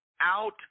out